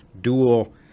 dual